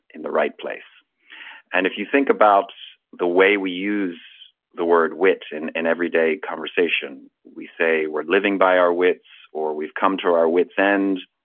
in the right place and if you think about the way we use the word wit in in everyday conversation, we say we're living by our wits, or we've come to our wits end,